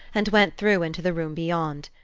and went through into the room beyond.